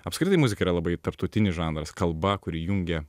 apskritai muzika yra labai tarptautinis žanras kalba kuri jungia